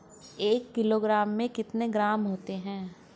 एक किलोग्राम में कितने ग्राम होते हैं?